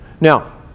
Now